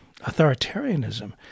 authoritarianism